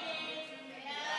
הצבעה.